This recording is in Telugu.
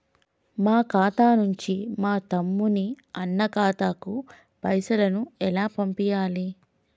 మా ఖాతా నుంచి మా తమ్ముని, అన్న ఖాతాకు పైసలను ఎలా పంపియ్యాలి?